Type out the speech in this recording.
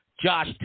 Josh